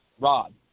rod